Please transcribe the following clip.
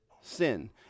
sin